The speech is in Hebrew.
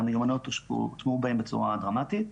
והמיומנויות הוטמעו בהם בצורה דרמטית.